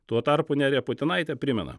tuo tarpu nerija putinaitė primena